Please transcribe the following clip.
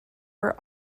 were